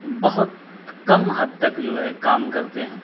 بہت کم حد تک جو ہے کام کرتے ہیں